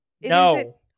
No